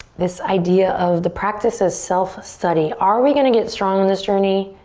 this idea of the practice as self study. are we going to get strong on this journey?